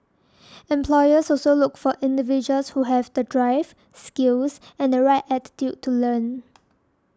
employers also look for individuals who have the drive skills and the right attitude to learn